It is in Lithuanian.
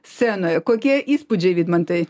scenoje kokie įspūdžiai vidmantai